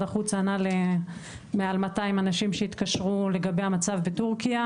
החוץ ענה למעל 200 אנשים שהתקשרו לגבי המצב בתורכיה.